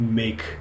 make